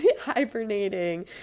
hibernating